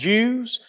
Jews